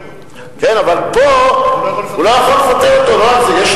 הוא לא יכול לפטר אותו, זה ההבדל.